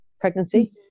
pregnancy